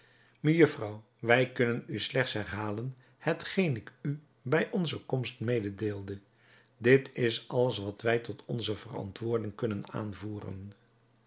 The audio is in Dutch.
mejufvrouw wij kunnen u slechts herhalen hetgeen ik u bij onze komst mededeelde dit is alles wat wij tot onze verantwoording kunnen aanvoeren